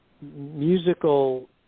musical